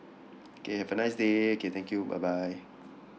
okay have a nice day okay thank you bye bye